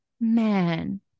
man